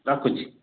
ରଖୁଛି